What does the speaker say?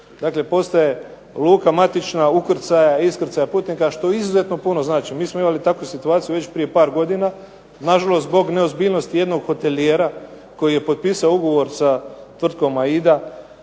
dakle postaje luka matična ukrcaja, iskrcaja putnika što izuzetno puno znači. Mi smo imali takvu situaciju već prije par godina. Nažalost zbog neozbiljnost jednog hotelijera koji je potpisao ugovor sa Tvrtkom Aida